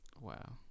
Wow